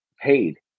paid